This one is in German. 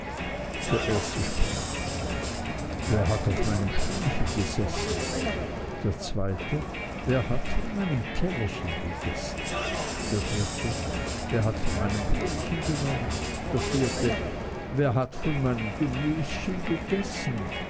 der erste sprach wer hat auf meinem stühlchen gesessen der zweite wer hat von meinem tellerchen gegessen der dritte wer hat von meinem brötchen genommen der vierte wer hat von meinem gemüschen gegessen